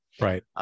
right